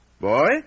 Boy